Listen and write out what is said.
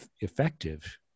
effective